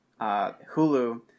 Hulu